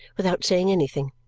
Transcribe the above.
without saying anything.